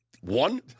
One